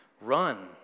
run